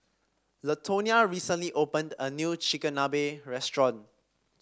Latonia recently opened a new Chigenabe restaurant